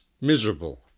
miserable